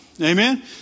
Amen